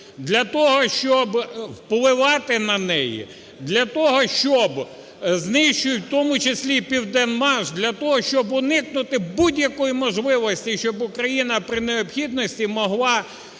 для того, щоб впливати на неї, для того, щоб знищують, в тому числі і "Південмаш" для того, щоб уникнути будь-якої можливості і щоб Україна при необхідності могла